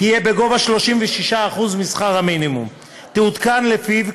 תהיה בגובה של 36% משכר המינימום ותעודכן לפיו.